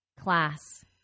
class